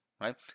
right